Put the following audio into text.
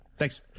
Thanks